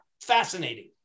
fascinating